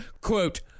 quote